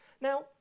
Now